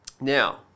Now